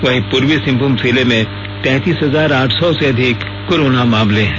वहीं पूर्वी सिंहभूम जिले में तैतीस हजार आठ सौ से अधिक कोरोना मामले हैं